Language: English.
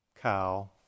cow